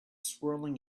swirling